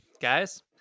guys